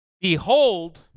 Behold